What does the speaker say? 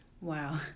Wow